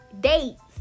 dates